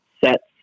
sets